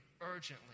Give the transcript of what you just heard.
urgently